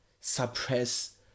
suppress